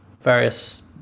various